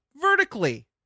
Vertically